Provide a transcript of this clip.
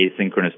asynchronous